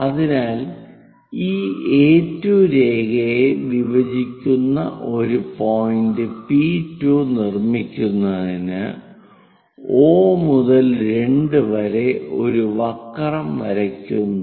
അതിനാൽ ഈ A2 രേഖയെ വിഭജിക്കുന്ന ഒരു പോയിന്റ് P2 നിർമ്മിക്കുന്നതിന് O മുതൽ 2 വരെ ഒരു വക്രം വരയ്ക്കുന്നു